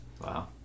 Wow